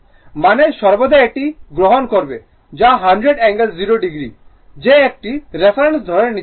মানে সর্বদা এটি গ্রহণ করবে যা 100 অ্যাঙ্গেল 0o যে একটি রেফারেন্স ধরে নিতে হবে